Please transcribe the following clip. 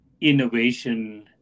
innovation